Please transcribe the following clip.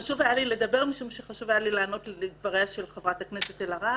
חשוב היה לי לדבר משום שחשוב היה לי לענות לדבריה של חברת הכנסת אלהרר